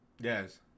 Yes